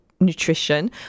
nutrition